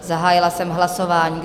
Zahájila jsem hlasování.